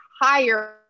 higher